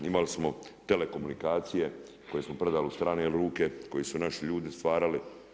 Imali smo telekomunikacije koje smo predali u strane ruke koje su naši ljudi stvarali.